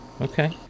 Okay